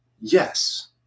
Yes